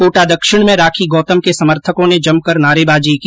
कोटा दक्षिण में राखी गोतम के समर्थकों ने जमकर नारेबाजी की